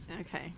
Okay